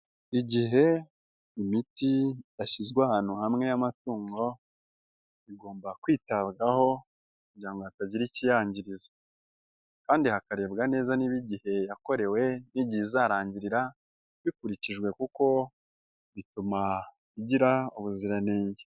Igihe imiti yashyizwe ahantu hamwe y'amatungo igomba kwitabwaho kugira ngo hatagira ikiyangiza, kandi hakarebwa neza niba igihe yakorewe n'igihe izarangirira bikurikijwe kuko bituma igira ubuziranenge.